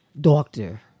Doctor